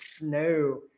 No